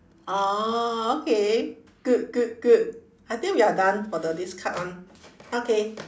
orh okay good good good I think we are done for the this card [one] okay